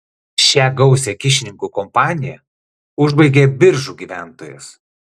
šią gausią kyšininkų kompaniją užbaigė biržų gyventojas